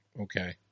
okay